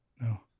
no